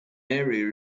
area